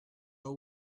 just